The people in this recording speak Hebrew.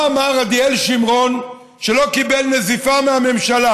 מה אמר עדיאל שמרון, שלא קיבל נזיפה מהממשלה?